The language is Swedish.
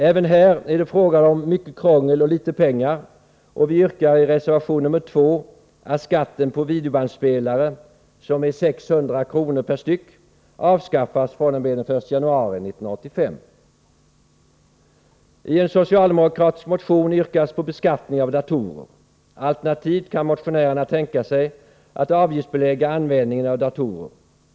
Även här är det fråga om mycket krångel för litet pengar, och vi yrkar i reservation 2 att skatten på videobandspelare, som är 600 kr. per styck, avskaffas från den 1 januari 1985. Ien socialdemokratisk motion yrkas på beskattning av datorer. Alternativt kan motionärerna tänka sig att avgiftsbelägga användningen av datorer.